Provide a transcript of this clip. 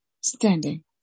standing